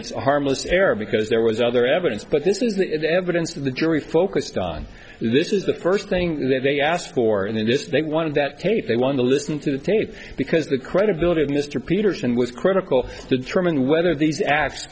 it's a harmless error because there was other evidence but this is the evidence of the jury focused on this is the first thing they asked for in this they wanted that tape they wanted to listen to the tape because the credibility of mr peterson was critical to determine whether these acts